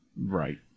Right